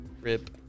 Rip